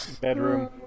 Bedroom